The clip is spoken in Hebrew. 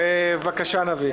אני חושב שזה ברור